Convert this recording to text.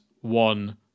one